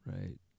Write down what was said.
Right